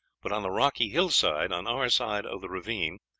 but on the rocky hillside on our side of the ravine,